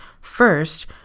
first